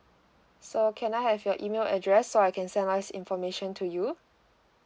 so can I have your email address so I can send us information to you